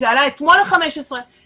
ואתמול זה עלה ל-15.